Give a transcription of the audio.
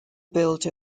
built